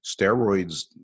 steroids